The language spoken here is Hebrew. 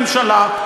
ממשלה.